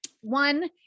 One